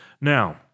Now